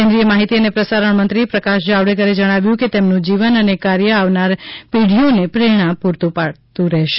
કેન્દ્રિય માહિતી અને પ્રસારણ મંત્રી પ્રકાશ જાવડેકરે જણાવ્યું છે કે તેમનું જીવન અને કાર્ય આવનાર પેઢીઓને પ્રેરણા આપતું રહેશે